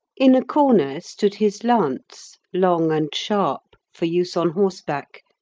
in a corner stood his lance, long and sharp, for use on horse-back,